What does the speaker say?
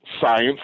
Science